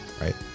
right